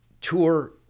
tour